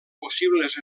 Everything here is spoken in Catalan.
possibles